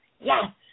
Yes